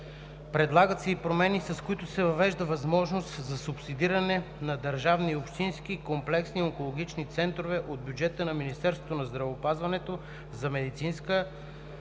Предлагат се и промени, с които се въвежда възможност за субсидиране на държавни и общински комплексни онкологични центрове от бюджета на Министерството на здравеопазването за медицинска експертиза,